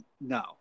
No